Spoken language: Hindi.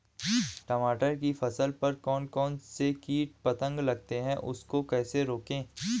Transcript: टमाटर की फसल पर कौन कौन से कीट पतंग लगते हैं उनको कैसे रोकें?